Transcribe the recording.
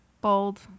bold